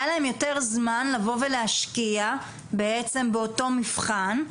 היה להם יותר זמן לבוא ולהשקיע בעצם באותו מבחן,